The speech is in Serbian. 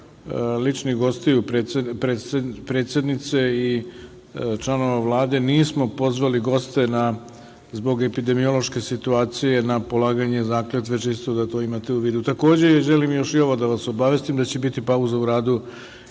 ličnih gostiju predsednice i članova Vlade, nismo pozvali goste zbog epidemiološke situacije na polaganje zakletve, čisto da to imate u vidu. Takođe, želim još da vas obavestim da će biti pauza u radu,